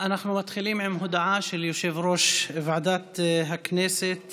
אנחנו מתחילים עם הודעה של יושב-ראש ועדת הכנסת.